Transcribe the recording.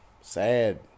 Sad